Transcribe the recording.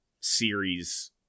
series